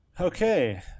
Okay